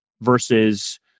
versus